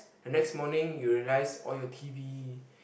the next morning you realise all your T_V